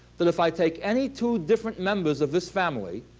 that if i take any two different members of this family,